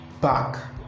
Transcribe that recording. back